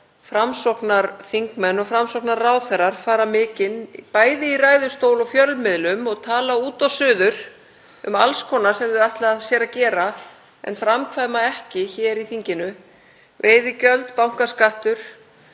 Framsóknarþingmenn og Framsóknarráðherrar fara mikinn bæði í ræðustól og fjölmiðlum og tala út og suður um alls konar sem þau ætli sér að gera en framkvæma ekki hér í þinginu: Veiðigjöld, bankaskatt,